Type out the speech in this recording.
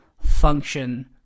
function